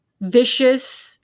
vicious